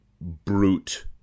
brute